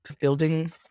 building